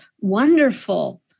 wonderful